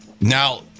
Now